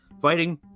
Fighting